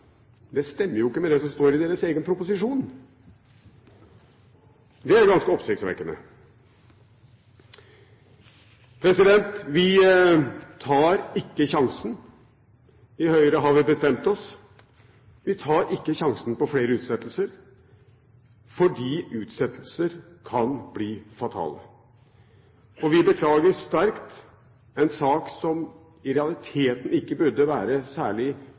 stemmer jo ikke med det som står i deres egen proposisjon. Det er ganske oppsiktsvekkende. Vi tar ikke sjansen. I Høyre har vi bestemt oss, vi tar ikke sjansen på flere utsettelser, fordi utsettelser kan bli fatale. Vi beklager sterkt – i en sak som i realiteten ikke burde være særlig